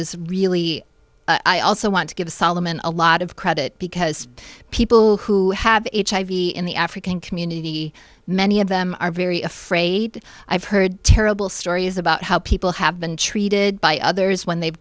is really i also want to give solomon a lot of credit because people who have hiv in the african community many of them are very afraid i've heard terrible stories about how people have been treated by others when they